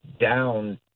down